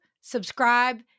subscribe